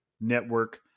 Network